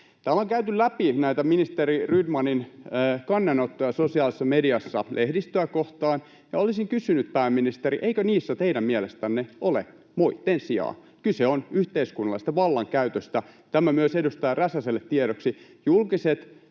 Täällä on käyty läpi näitä ministeri Rydmanin kannanottoja sosiaalisessa mediassa lehdistöä kohtaan, ja olisin kysynyt, pääministeri, eikö niissä teidän mielestänne ole moitteen sijaa. Kyse on yhteiskunnallisesta vallankäytöstä. Tämä myös edustaja Räsäselle tiedoksi. Julkiset